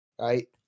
right